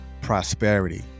prosperity